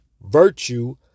virtue